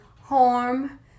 harm